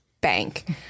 bank